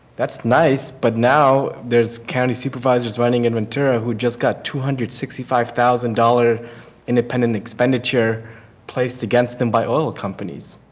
that is nice but now there is county supervisors running in ventura who just got two hundred and sixty five thousand dollars independent expenditure placed against them by oil companies.